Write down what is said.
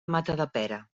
matadepera